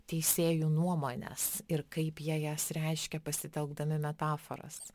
teisėjų nuomones ir kaip jie jas reiškia pasitelkdami metaforas